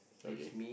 okay